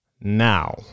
now